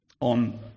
on